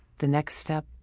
the next step,